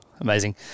amazing